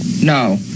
No